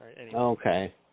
Okay